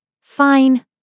Fine